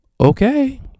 okay